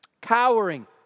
cowering